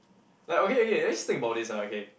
like okay okay let's think about this ah okay